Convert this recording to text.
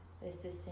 assistant